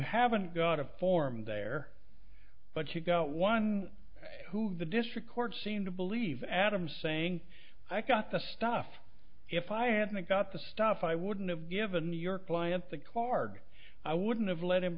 haven't got a form there but you got one who the district court seemed to believe adam saying i got the stuff if i hadn't got the stuff i wouldn't have given your client the card i wouldn't have let him